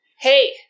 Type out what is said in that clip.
hey